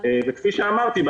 כפי שאמרתי,